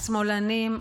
השמאלנים,